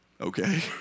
Okay